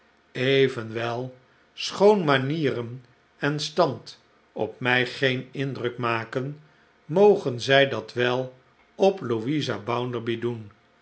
evenwel schoon manieren en stand op mij geen indruk maken mogen zij dat wel op louisa bounderby doen